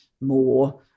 more